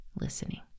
listening